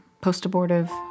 post-abortive